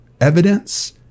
evidence